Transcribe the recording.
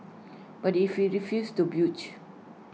but if you refused to